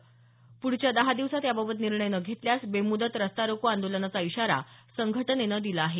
प्ढच्या दहा दिवसांत याबाबत निर्णय न घेतल्यास बेमुदत रस्ता रोको आंदोलनाचा इशारा संघटनेनं दिला आहे